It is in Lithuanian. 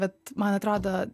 bet man atrodo